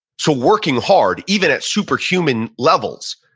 so working hard, even at superhuman levels,